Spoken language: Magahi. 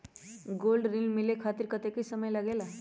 गोल्ड ऋण मिले खातीर कतेइक समय लगेला?